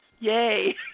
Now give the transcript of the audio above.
Yay